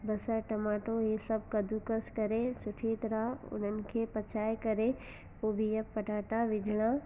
बसर टमाटो इहो सभु कदूकस करे सुठी तरह उननि खे पचाए करे पोइ बीहु पटाटा विझणा